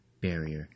barrier